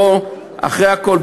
אחרי הכול,